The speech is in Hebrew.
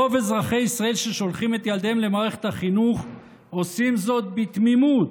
רוב אזרחי ישראל ששולחים את ילדיהם למערכת החינוך עושים זאת בתמימות,